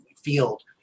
field